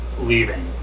leaving